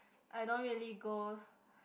I don't really go